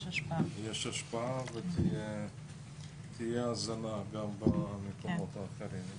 השפעה ותהיה האזנה גם במקומות האחרים,